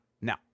now